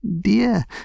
Dear